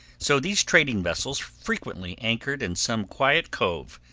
so these trading vessels frequently anchored in some quiet cove,